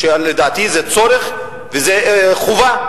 ולדעתי לסגור פערים זה צורך וזה חובה,